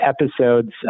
episodes